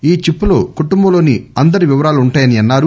ఈ చిప్ లో కుటుంబంలోని అందరి వివరాలు ఉంటాయన్పారు